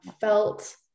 felt